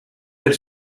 del